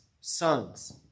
sons